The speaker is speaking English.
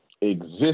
exist